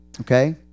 Okay